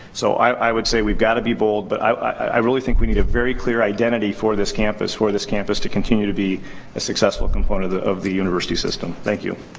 so, i would say we've gotta be bold, but i really think we need a very clear identity for this campus for this campus to continue to be a successful component of the university system. thank you.